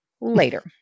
Later